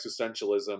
existentialism